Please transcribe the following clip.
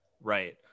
Right